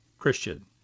Christian